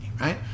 right